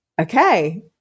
okay